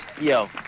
yo